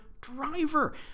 driver